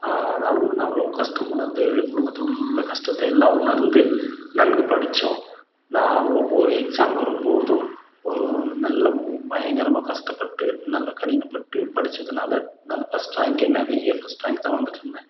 நானும் நாங்களும் கஷ்டம் உணர்ந்து குடும்பத்தில் உள்ள கஷ்டத்தையெல்லாம் உணர்ந்து நன்கு படித்தோம் நான் ஒவ்வொரு எக்ஸாம் வரும் போதும் ஒரு நல்ல பயங்கரமாக கஷ்டப்பட்டு நல்லா கடினப்பட்டு படித்ததுனால நான் ஃபஸ்ட் ரேங்கே நிறைய ஃபஸ்ட் ரேங்கு தான் வந்துட்டிருந்தேன்